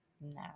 No